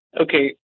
Okay